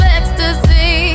ecstasy